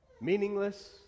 Meaningless